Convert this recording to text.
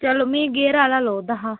चलो मिगी गेयरां आह्ला लोड़दा हा